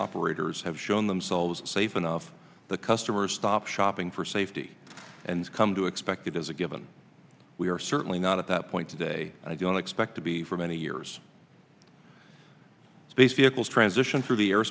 operators have shown themselves safe enough that customers stop shopping for safety and come to expect it is a given we are certainly not at that point today i don't expect to be for many years space vehicles transition through the air